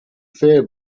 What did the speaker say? fear